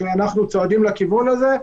שאנחנו צועדים לכיוון הזה,